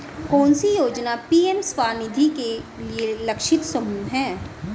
कौन सी योजना पी.एम स्वानिधि के लिए लक्षित समूह है?